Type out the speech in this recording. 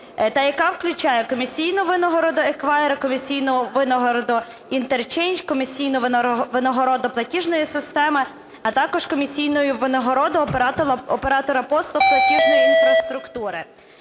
та яка включає: комісійну винагороду еквайра, комісійну винагороду інтерчейндж, комісійну винагороду платіжної системи, а також комісійну винагороду оператора послуг платіжної інфраструктури.